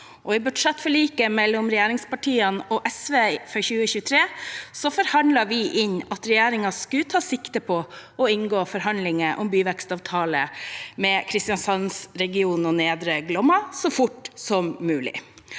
i budsjettforliket mellom regjeringspartiene og SV for 2023 forhandlet vi inn at regjeringen skulle ta sikte på å inngå forhandlinger om byvekstavtale med Kristiansands-regionen og Nedre Glomma så fort som mulig.